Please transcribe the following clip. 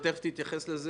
אני שמח לשמוע שניסיתם.